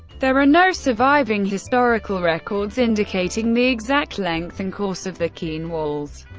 there are no surviving historical records indicating the exact length and course of the qin walls.